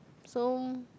so